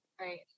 Right